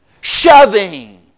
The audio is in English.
shoving